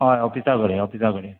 हय ऑफिसा कडेन ऑफिसा कडेन